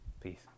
Peace